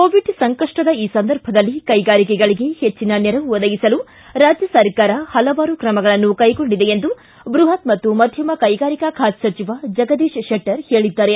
Covid ಸಂಕಪ್ಟದ ಈ ಸಂದರ್ಭದಲ್ಲಿ ಕೈಗಾರಿಕೆಗಳಿಗೆ ಪೆಜ್ಜಿನ ನೆರವು ಒದಗಿಸಲು ರಾಜ್ಯ ಸರ್ಕಾರ ಪಲವಾರು ಕ್ರಮಗಳನ್ನು ಕೈಗೊಂಡಿದೆ ಎಂದು ಬೃಹತ್ ಮತ್ತು ಮಧ್ಯಮ ಕೈಗಾರಿಕಾ ಖಾತೆ ಸಚಿವ ಜಗದೀಶ ಶೆಟ್ಟರ್ ಹೇಳಿದ್ದಾರೆ